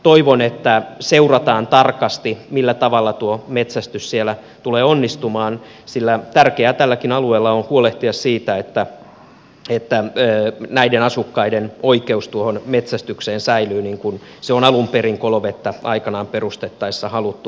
toivon että seurataan tarkasti millä tavalla tuo metsästys siellä tulee onnistumaan sillä tärkeää tälläkin alueella on huolehtia siitä että näiden asukkaiden oikeus metsästykseen säilyy niin kuin se on alun perin kolovettä aikanaan perustettaessa haluttu tehdä